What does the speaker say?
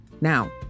Now